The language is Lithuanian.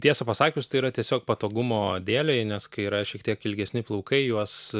tiesą pasakius tai yra tiesiog patogumo dėlei nes kai yra šiek tiek ilgesni plaukai juos